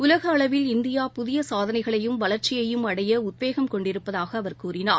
உலகஅளவில் இந்தியா புதியசாதனைகளையும் வளர்ச்சியையும் அடையஉத்வேகம் கொண்டிருப்பதாகஅவர் கூறினார்